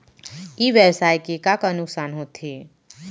ई व्यवसाय के का का नुक़सान होथे?